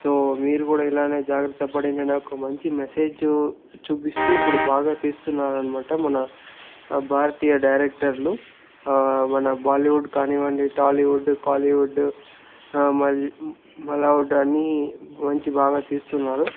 so మీరు కూడా ఇలానే జాగ్రత్త పడిన ఒక మంచి మెసేజు చూపిస్తూ ఇప్పుడు బాగా తీస్తున్నారనమాట మన భారతీయ డైరెక్టర్లు మన బాలీవుడ్ కానివ్వండి టాలీవుడ్ కాలీవుడ్ మళ్లీ మల్లవుడ్ అని మంచి బాగా తీస్తున్నారు